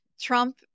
Trump